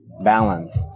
balance